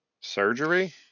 Surgery